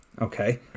Okay